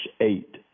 eight